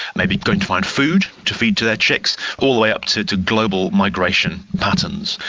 maybe going to find food to feed to their chicks, all the way up to to global migration patterns.